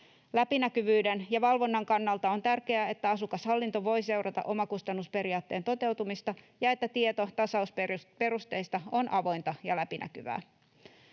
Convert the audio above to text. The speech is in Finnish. Läpinäkyvyyden ja valvonnan kannalta on tärkeää, että asukashallinto voi seurata omakustannusperiaatteen toteutumista ja että tieto tasausperusteista on avointa ja läpinäkyvää.